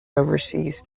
overseas